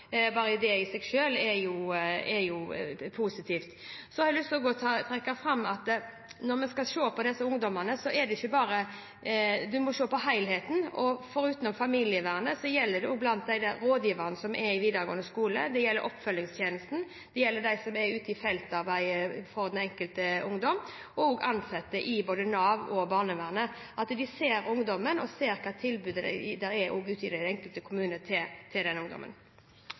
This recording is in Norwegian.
Bare det i seg selv er positivt. Så har jeg lyst til å trekke fram: Når vi skal se disse ungdommene, må vi se på helheten. Foruten familievernet gjelder det rådgiverne i videregående skole, det gjelder oppfølgingstjenesten, det gjelder dem som arbeider ute i felten for den enkelte ungdom, og også ansatte i både Nav og barnevernet. De må se ungdommen og se hvilket tilbud det er til ungdommen ute i den enkelte kommune.